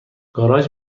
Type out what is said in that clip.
گاراژ